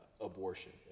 abortion